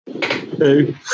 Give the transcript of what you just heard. Two